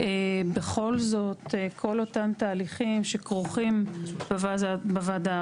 בכל זאת כל אותם תהליכים שכרוכים בוועדה.